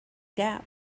gap